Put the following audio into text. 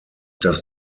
does